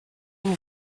vous